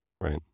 right